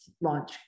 launch